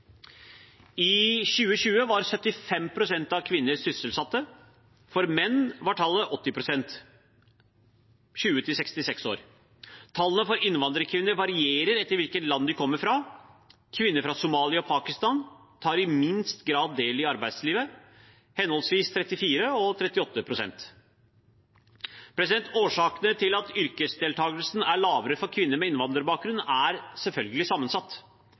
I 2020 var 75 pst. av kvinnene sysselsatte. For menn var tallet 80 pst, for aldersgruppen 20–66 år. Tallene for innvandrerkvinner varierer etter hvilket land de kommer fra. Kvinner fra Somalia og Pakistan tar i minst grad del i arbeidslivet, henholdsvis 34 og 38 pst. Årsakene til at yrkesdeltakelsen er lavere for kvinner med innvandrerbakgrunn er selvfølgelig sammensatt.